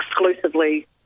exclusively